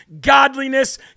godliness